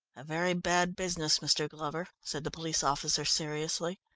a very bad business, mr. glover, said the police officer seriously.